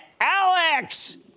Alex